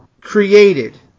created